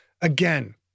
again